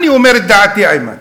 אני אומר את דעתי, איימן.